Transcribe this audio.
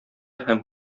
һәм